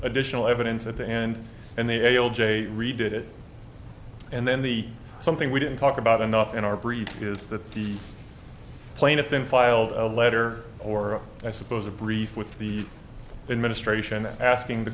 additional evidence at the end and they all j read it and then the something we didn't talk about enough in our brief is that the plaintiff then filed a letter or i suppose a brief with the in ministration asking the